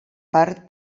part